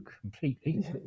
completely